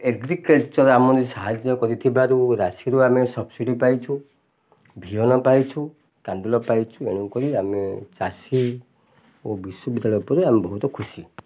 agriculture ଆମର ସାହାଯ୍ୟ କରିଥିବାରୁ ରାଶିରୁ ଆମେ ସବସିଡ଼୍ ପାଇଛୁ ବିହନ ପାଇଛୁ କାନ୍ଦୁଲ ପାଇଛୁ ଏଣୁକରି ଆମେ ଚାଷୀ ଓ ବିଶ୍ୱବିଦ୍ୟାଳୟ ଉପରେ ଆମେ ବହୁତ ଖୁସି